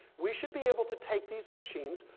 we should be able to take these machines,